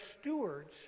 stewards